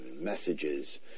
messages